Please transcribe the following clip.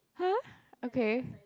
!huh! okay